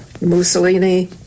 Mussolini